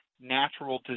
natural